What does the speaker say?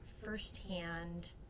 firsthand